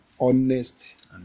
Honest